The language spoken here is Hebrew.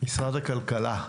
משרד הכלכלה,